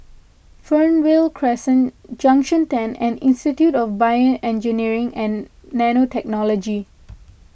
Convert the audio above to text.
Fernvale Crescent Junction ten and Institute of BioEngineering and Nanotechnology